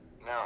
No